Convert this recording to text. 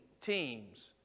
teams